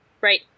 right